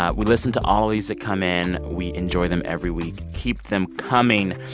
ah we listen to all of these that come in. we enjoy them every week. keep them coming.